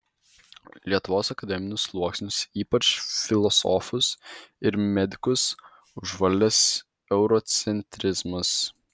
lietuvos akademinius sluoksnius ypač filosofus ir medikus užvaldęs eurocentrizmas